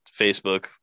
Facebook